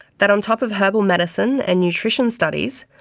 that on top of herbal medicine and nutrition studies,